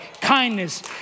kindness